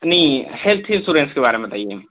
नहीं health insurance के बारे में बताइए